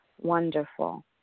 Wonderful